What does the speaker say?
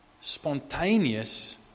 spontaneous